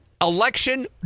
election